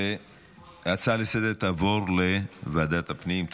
וההצעה לסדר-היום תעבור לוועדת הפנים.